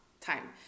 time